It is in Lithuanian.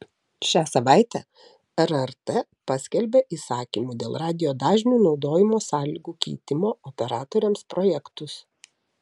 šią savaitę rrt paskelbė įsakymų dėl radijo dažnių naudojimo sąlygų keitimo operatoriams projektus